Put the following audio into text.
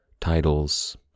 titles